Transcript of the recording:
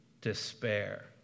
despair